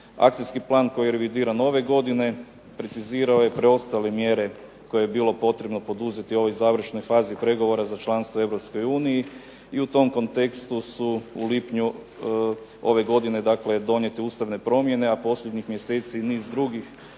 Akcijski plan koji je revidiran ove godine precizirao je preostale mjere koje je bilo potrebno poduzeti u ovoj završnoj fazi pregovora za članstvo u Europskoj uniji i u tom kontekstu su u lipnju ove godine dakle donijete ustavne promjene, a posljednjih mjeseci niz drugih